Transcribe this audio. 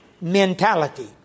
mentality